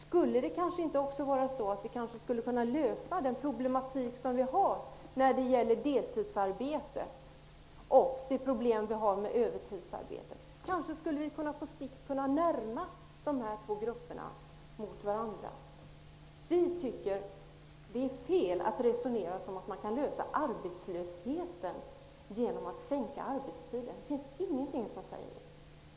Skulle det kanske inte också vara så att vi skulle kunna lösa problematiken med deltidsarbetet och övertidsarbetet? Kanske skulle vi på sikt kunna närma dessa två grupper till varandra. Vi tycker det är fel att resonera som om man skulle kunna lösa problemet med arbetslösheten genom att sänka arbetstiden. Ingenting säger det.